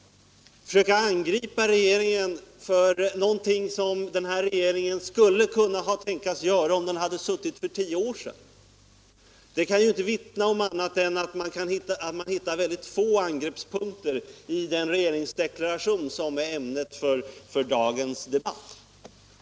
Försök att angripa den här regeringen för någonting som den skulle kunna tänkas ha gjort om den hade suttit för tio år sedan kan inte vittna om något annat än att man hittar mycket få angreppspunkter i den regeringsdeklaration som är ämnet för dagens debatt.